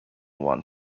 wan